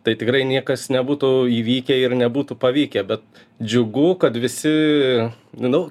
tai tikrai niekas nebūtų įvykę ir nebūtų pavykę bet džiugu kad visi nu